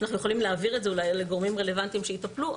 אנחנו יכולים להעביר את זה אולי לגורמים רלוונטיים שיטפלו,